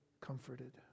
comforted